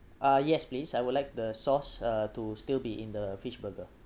uh yes please I would like the sauce uh to still be in the fish burger